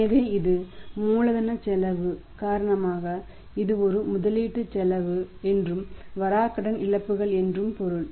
எனவே இது மூலதன செலவு காரணமாக இது ஒரு முதலீட்டு செலவு என்றும் இது வராக்கடன் இழப்புகள் என்றும் பொருள்